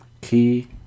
key